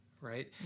right